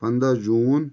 پنٛداہ جوٗن